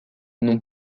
non